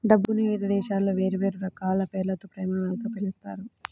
డబ్బుని వివిధ దేశాలలో వేర్వేరు రకాల పేర్లతో, ప్రమాణాలతో పిలుస్తారు